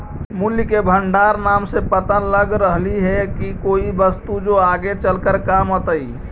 मूल्य के भंडार नाम से पता लग रहलई हे की कोई वस्तु जो आगे चलकर काम अतई